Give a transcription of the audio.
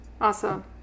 Awesome